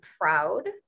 proud